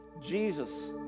Jesus